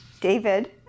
David